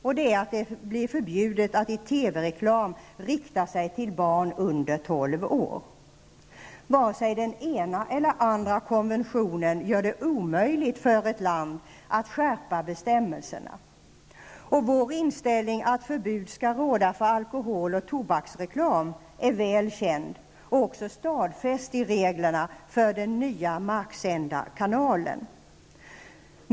Det gäller att det blir förbjudet att i TV-reklam rikta sig till barn under tolv år. Varken den ena eller andra konventionen gör det omöjligt för ett land att skärpa bestämmelserna. Vår inställning att förbud skall råda för alkohol och tobaksreklam är väl känd och också stadfäst i reglerna för den nya marksända TV-kanalen.